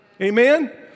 Amen